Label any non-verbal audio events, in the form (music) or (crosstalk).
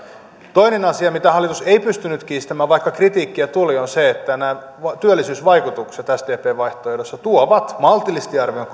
toinen asia mitä hallitus ei pystynyt kiistämään vaikka kritiikkiä tuli on se että nämä työllisyysvaikutukset sdpn vaihtoehdossa tuovat maltillisesti arvioiden (unintelligible)